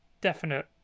definite